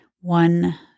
one